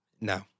No